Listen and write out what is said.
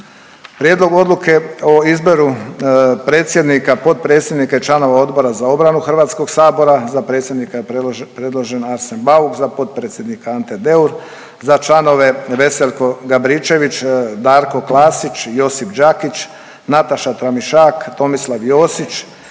Prijedlog odluke o izboru predsjednika, potpredsjednika i članova Odbora za obranu HS-a, za predsjednika predložen je Arsen Bauk, za potpredsjednika Ante Deur, za članove Veselko Gabričević, Darko Klasić, Josip Đakić, Nataša Tramišak, Tomislav Josić,